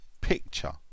picture